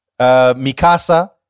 Mikasa